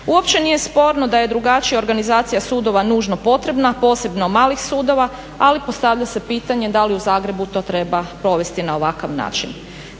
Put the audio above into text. Uopće nije sporno da je drugačija organizacija sudova nužno potrebna, posebno malih sudova, ali postavlja se pitanje da li u Zagrebu to treba provesti na ovakav način?